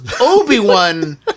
Obi-Wan